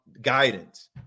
guidance